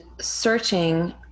searching